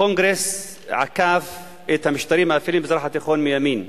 הקונגרס עקף את המשטרים האפלים במזרח התיכון מימין.